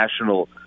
national